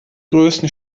größten